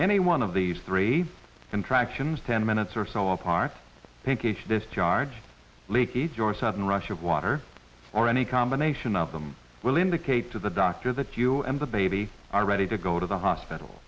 any one of these three contractions ten minutes or so apart pick each this charge leakey's your sudden rush of water or any combination of them will indicate to the doctor that you and the baby are ready to go to the hospital